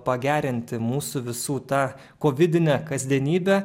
pagerinti mūsų visų tą kovidinę kasdienybę